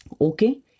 Okay